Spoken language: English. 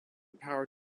power